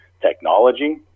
technology